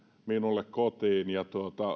minulle kotiin jos